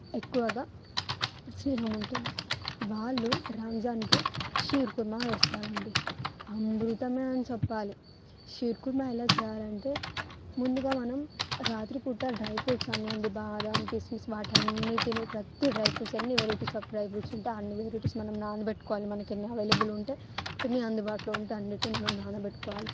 ఎక్కువగా స్నేహం ఉంటుంది వాళ్ళు రంజాన్కి షీర్ కుర్మా వేస్తారు అండి అమృతం అని చెప్పాలి షీర్ కుర్మా ఎలా చేయాలి అంటే ముందుగా మనం రాత్రిపూట డ్రై ఫ్రూట్స్ అన్నీ అండి బాదం కిస్మిస్ వాటి అన్నింటిని ప్రతి డ్రై ఫ్రూట్స్ అన్నీ వెరైటీస్ ఆఫ్ డ్రై ఫ్రూట్స్ ఉంటే అన్నీ వెరైటీస్ మనం నానబెట్టుకోవాలి మనకి ఎన్ని అవైలబుల్ ఉంటే ఎన్ని అందుబాటులో ఉంటే అన్నింటిని నానబెట్టుకోవాలి